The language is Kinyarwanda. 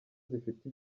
zifite